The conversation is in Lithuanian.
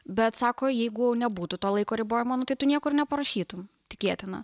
bet sako jeigu nebūtų to laiko ribojimo nu tai tu nieko ir neparašytum tikėtina